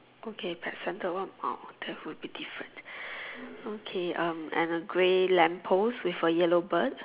okay pet centre what that would be different okay um and a grey lamp post with a yellow bird